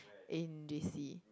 in J_C